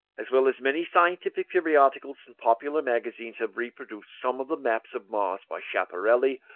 as well as many scientific periodicals and popular magazines, have reproduced some of the maps of mars by schiaparelli,